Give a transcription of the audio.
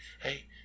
hey